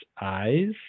eyes